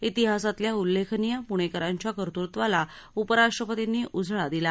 इतिहासातल्या उल्लेखनीय प्णेकरांच्या कर्तव्वाला उपराष्ट्रपतींनी उजाळा दिला